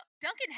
Duncan